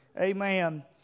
amen